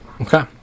Okay